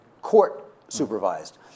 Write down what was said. court-supervised